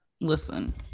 Listen